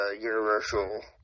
universal